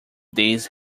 these